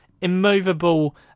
immovable